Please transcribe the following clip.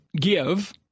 give